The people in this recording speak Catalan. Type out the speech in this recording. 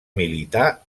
militar